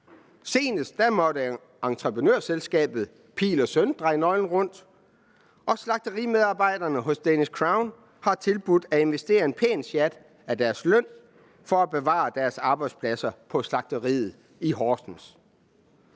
Senest måtte entreprenørselskabet E. Pihl & Søn dreje nøglen rundt, og slagterimedarbejderne hos Danish Crown har tilbudt at investere en pæn sjat af deres løn for at bevare deres arbejdspladser på slagteriet i Horsens.